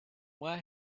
where